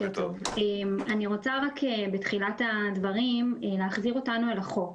אני רוצה בתחילת הדברים להחזיר אותנו אל החוק